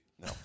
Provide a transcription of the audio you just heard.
no